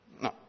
No